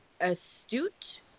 astute